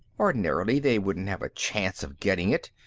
ordinarily, they wouldn't have a chance of getting it,